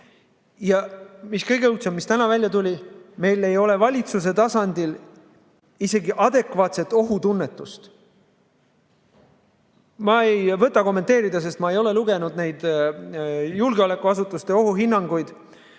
Ja mis kõige õudsem: täna tuli välja, et meil ei ole valitsuse tasandil isegi adekvaatset ohutunnetust. Ma ei võta seda kommenteerida, sest ma ei ole lugenud neid julgeolekuasutuste ohuhinnanguid.